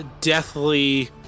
deathly